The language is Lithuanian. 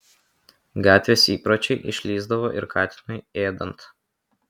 gatvės įpročiai išlįsdavo ir katinui ėdant